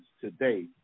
today